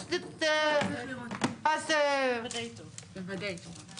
עלה בזום מנהל מחלקה.